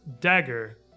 dagger